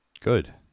good